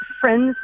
friends